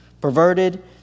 Perverted